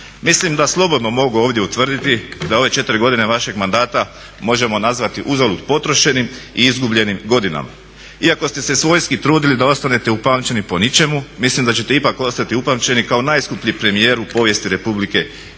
Mislim da slobodno mogu ovdje utvrditi da ove 4 godine vašeg mandata možemo nazvati uzalud potrošenih i izgubljenim godinama. Iako ste se svojski trudili da ostanete upamćeni po ničemu, mislim da ćete ipak ostati upamćeni kao najskuplji premijer u povijesti Republike Hrvatske